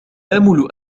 آمل